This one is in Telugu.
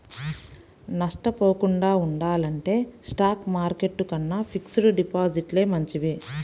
నష్టపోకుండా ఉండాలంటే స్టాక్ మార్కెట్టు కన్నా ఫిక్స్డ్ డిపాజిట్లే మంచివి